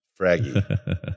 Fraggy